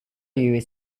you